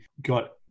got